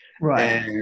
Right